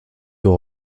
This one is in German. doch